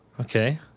Okay